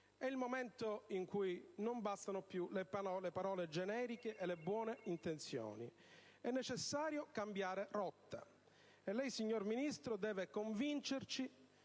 È il momento in cui non bastano più le parole generiche e le buone intenzioni: è necessario cambiare rotta, e lei, signor Ministro, deve convincerci